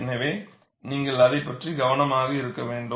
எனவே நீங்கள் அதைப் பற்றி கவனமாக இருக்க வேண்டும்